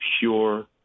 pure